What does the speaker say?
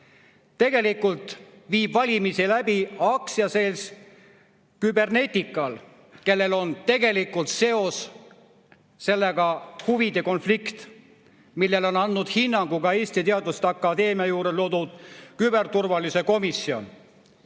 Tegelikult viib valimisi läbi aktsiaselts Cybernetica, kellel on tegelikult seoses sellega huvide konflikt. Sellele on andnud hinnangu ka Eesti Teaduste Akadeemia juurde loodud küberturvalisuse komisjon.